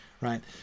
Right